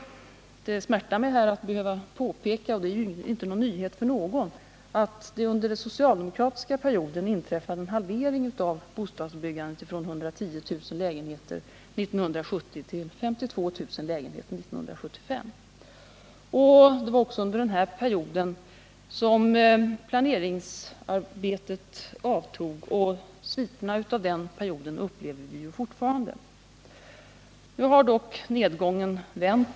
Det smärtar mig att behöva påpeka — det är ingen nyhet för någon — att det under den socialdemokratiska perioden inträffade en halvering av bostadsbyggandet från 110 000 lägenheter 1970 till 52 000 lägenheter 1975. Det var också under denna period som planeringsarbetet avtog. Sviterna av den perioden upplever vi fortfarande. Nu har dock nedgången vänt.